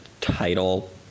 title